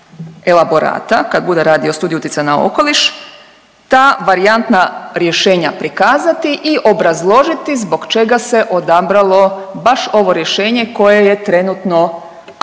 elaborata kad bude radio studiju utjecaja na okoliš ta varijantna rješenja prikazati i obrazložiti zbog čega se odabralo baš ovo rješenje koje je trenutno aktualno.